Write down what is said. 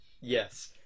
Yes